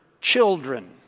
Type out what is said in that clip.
children